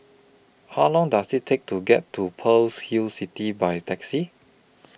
How Long Does IT Take to get to Pearl's Hill City By Taxi